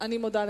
אני מודה לך.